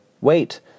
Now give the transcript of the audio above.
Wait